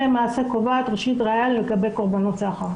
למעשה קובעת ראשית ראייה לגבי קורבנות סחר.